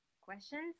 questions